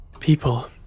people